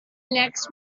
next